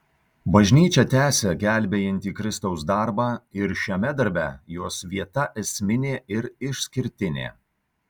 bažnyčią tęsia gelbėjantį kristaus darbą ir šiame darbe jos vieta esminė ir išskirtinė